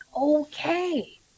okay